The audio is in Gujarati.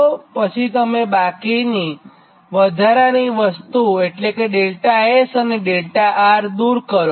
આ પછી તમે બાકીની વધારાની વસ્તુ δS અને δR દૂર કરો